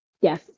Yes